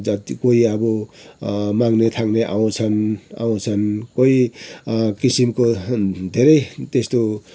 जति कोही अब मागने थागने आउँछन् आउँछन् कोही किसिमको धेरै त्यस्तो